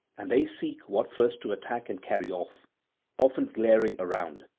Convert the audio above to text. and they seek what first to attack and carry off often glaring around,